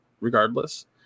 regardless